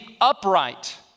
upright